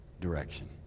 direction